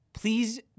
Please